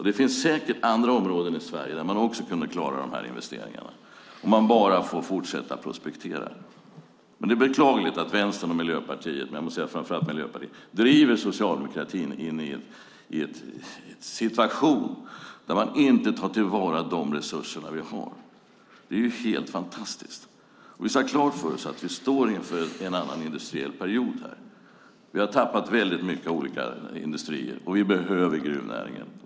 Det finns säkert andra områden i Sverige där man också kan klara investeringarna, om man bara får fortsätta att prospektera. Det är beklagligt att Vänstern och Miljöpartiet - framför allt Miljöpartiet - driver socialdemokratin in i en situation där man inte tar till vara de resurser som finns. Det är helt fantastiskt. Vi ska ha klart för oss att vi står inför en ny industriell period här. Vi har tappat många industrier, och vi behöver gruvnäringen.